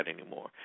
anymore